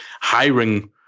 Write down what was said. hiring